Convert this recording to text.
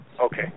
Okay